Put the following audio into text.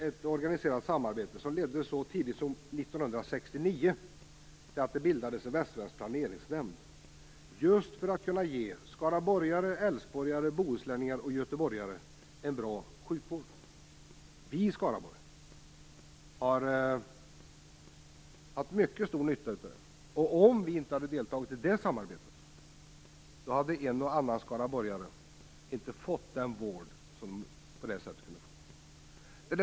Det ledde så tidigt som år 1969 till att det bildades en västsvensk planeringsnämnd just för att kunna ge skaraborgare, älvsborgare, bohuslänningar och göteborgare en bra sjukvård. Vi i Skaraborg har haft mycket stor nytta av det. Om vi inte hade deltagit i det samarbetet hade en och annan skaraborgare inte fått den vård som de på detta sätt kunnat få.